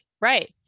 right